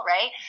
Right